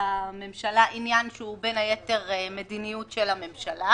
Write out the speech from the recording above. הממשלה עניין שהוא בין היתר מדיניות של הממשלה.